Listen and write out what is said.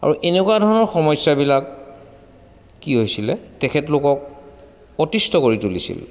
আৰু এনেকুৱা ধৰণৰ সমস্যাবিলাক কি হৈছিলে তেখেতলোকক অতিষ্ঠ কৰি তুলিছিল